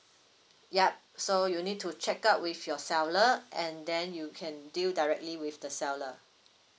yup so you need to check out with your seller and then you can deal directly with the seller